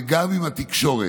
וגם אם התקשורת